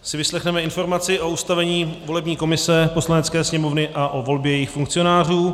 Zde si vyslechneme informaci o ustavení volební komise Poslanecké sněmovny a o volbě jejích funkcionářů.